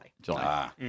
July